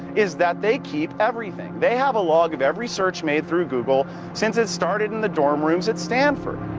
is that they keep everything. they have a log of every search made through google since it started in the dorm rooms at stanford.